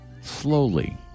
slowly